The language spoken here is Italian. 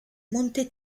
monte